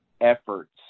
efforts